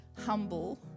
humble